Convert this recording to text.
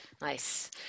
nice